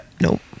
Nope